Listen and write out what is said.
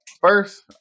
First